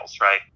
right